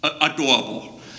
adorable